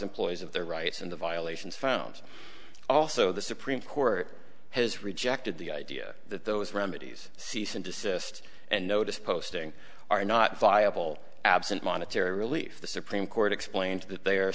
employees of their rights and the violations found also the supreme court has rejected the idea that those remedies cease and desist and notice posting are not viable absent monetary relief the supreme court explained that they